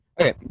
Okay